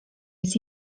jest